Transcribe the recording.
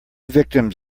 victims